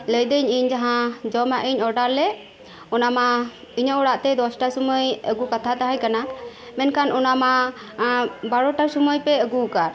ᱞᱟᱹᱭᱮᱫᱟᱹᱧ ᱤᱧ ᱡᱟᱦᱟ ᱡᱚᱢᱟᱜ ᱤᱧ ᱳᱰᱟᱨ ᱞᱮᱫ ᱚᱱᱟᱢᱟ ᱤᱧᱟᱹᱜ ᱚᱲᱟᱜ ᱛᱮ ᱫᱚᱥᱴᱟ ᱥᱳᱢᱚᱭ ᱟᱹᱜᱩ ᱠᱟᱛᱷᱟ ᱛᱟᱦᱮᱸ ᱠᱟᱱᱟ ᱢᱮᱱ ᱠᱷᱟᱱ ᱚᱱᱟ ᱢᱟ ᱵᱟᱨᱳᱴᱟ ᱥᱳᱢᱚᱭ ᱯᱮ ᱟᱹᱜᱩ ᱟᱠᱟᱫ